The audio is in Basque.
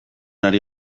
ari